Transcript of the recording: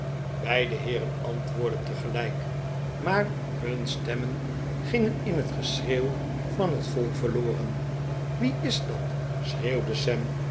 beide heeren antwoordden tegelijk maar hun stemmen gingen in het geschreeuw van het volk verloren wie is dat schreeuwde